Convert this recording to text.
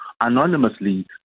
anonymously